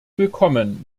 willkommen